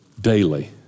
daily